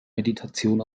meditation